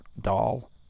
doll